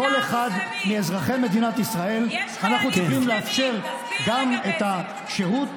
לכל אחד מאזרחי מדינת ישראל אנחנו צריכים לאפשר גם שירות,